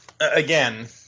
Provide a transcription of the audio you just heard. again